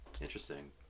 interesting